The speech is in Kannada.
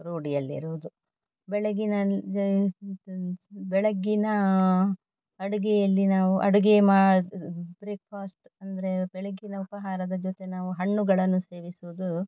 ರೂಢಿಯಲ್ಲಿರುವುದು ಬೆಳಗಿನ ಬೆಳಗ್ಗಿನ ಅಡುಗೆಯಲ್ಲಿ ನಾವು ಅಡುಗೆ ಮಾ ಇದು ಬ್ರೇಕ್ಫಾಸ್ಟ್ ಅಂದರೆ ಬೆಳಗ್ಗಿನ ಉಪಾಹಾರದ ಜೊತೆ ನಾವು ಹಣ್ಣುಗಳನ್ನು ಸೇವಿಸುವುದು